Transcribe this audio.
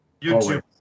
YouTube